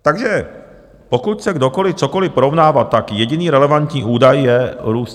Takže pokud chce kdokoliv cokoliv porovnávat, tak jediný relevantní údaj je růst cen.